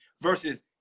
versus